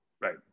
Right